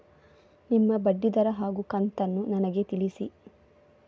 ನಿಮ್ಮ ಬಡ್ಡಿದರ ಹಾಗೂ ಕಂತನ್ನು ನನಗೆ ತಿಳಿಸಿ?